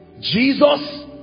Jesus